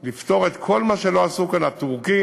לפתור את כל מה שלא עשו כאן הטורקים,